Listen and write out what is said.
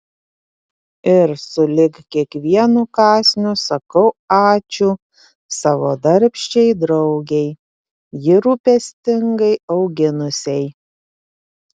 ir sulig kiekvienu kąsniu sakau ačiū savo darbščiai draugei jį rūpestingai auginusiai